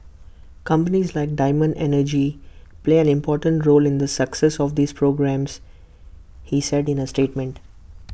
companies like diamond energy play an important role in the success of these programmes he said in A statement